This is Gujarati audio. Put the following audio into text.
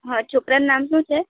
હાં છોકરાનું નામ શું છે